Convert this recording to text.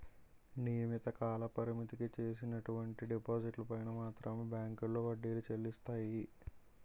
నియమిత కాలపరిమితికి చేసినటువంటి డిపాజిట్లు పైన మాత్రమే బ్యాంకులో వడ్డీలు చెల్లిస్తాయి